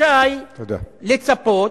לצפות